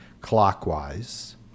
clockwise